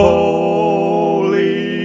Holy